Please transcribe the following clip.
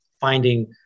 finding